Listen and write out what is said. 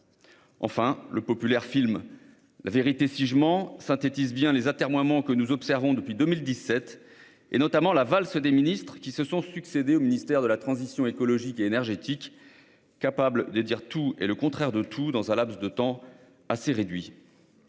Enfin, le populaire film synthétise bien les atermoiements que nous observons depuis 2017, notamment la valse des ministres qui se sont succédé à la transition écologique et énergétique, capables de dire tout et son contraire dans un laps de temps assez réduit.